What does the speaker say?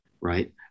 right